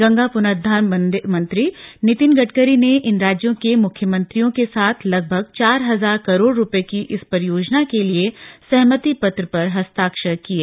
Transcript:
गंगा पुनर्द्वार मंत्री नितिन गडकरी ने इन राज्यों के मुख्यमंत्रियों के साथ लगभग चार हजार करोड़ रूपये की इस परियोजना के लिए सहमति पत्र पर हस्ताक्षर किये हैं